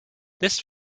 this